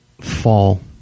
fall